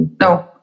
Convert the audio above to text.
no